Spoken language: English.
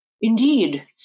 Indeed